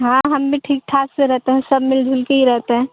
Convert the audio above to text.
ہاں ہم بھی ٹھیک ٹھاک سے رہتے ہیں سب مل جل کے ہی رہتے ہیں